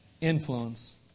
influence